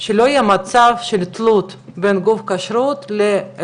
שלא יהיה מצב של תלות בין גוף כשרות לעסק,